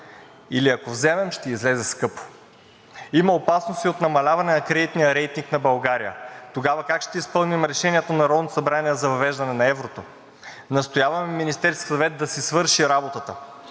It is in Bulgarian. или ако вземем, ще излезе скъпо. Има опасност и от намаляване на кредитния рейтинг на България. Тогава как ще изпълним решението на Народното събрание за въвеждане на еврото? Настояваме Министерският съвет да си свърши работата.